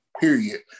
period